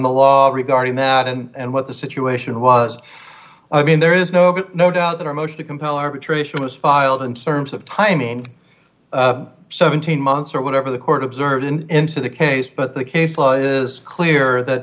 the law regarding that and what the situation was i mean there is no good no doubt that a motion to compel arbitration was filed in service of timing seventeen months or whatever the court observed in into the case but the case law is clear that